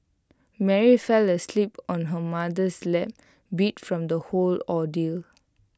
Mary fell asleep on her mother's lap beat from the whole ordeal